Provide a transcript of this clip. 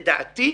לדעתי,